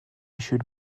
should